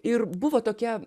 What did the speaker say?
ir buvo tokia